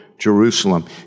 Jerusalem